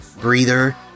breather